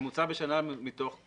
ממוצע בשנה, מתוך?